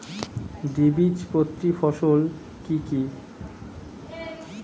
দ্বিবীজপত্রী ফসল কি কি?